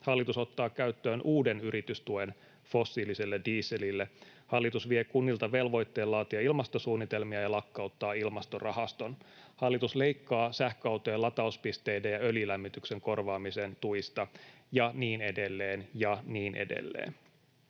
Hallitus ottaa käyttöön uuden yritystuen fossiiliselle dieselille. Hallitus vie kunnilta velvoitteen laatia ilmastosuunnitelmia ja lakkauttaa Ilmastorahaston. Hallitus leikkaa sähköautojen latauspisteiden ja öljylämmityksen korvaamisen tuista. Ja niin edelleen ja niin edelleen.